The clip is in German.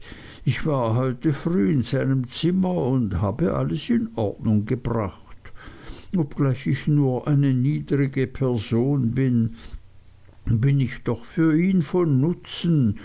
ich war heute früh in seinem zimmer und habe alles in ordnung gebracht obgleich ich nur eine niedrige person bin bin ich doch für ihn von nutzen